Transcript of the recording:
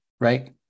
right